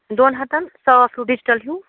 دۄن ہتن صاف سُہ ڈِجٹل ہیو